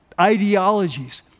ideologies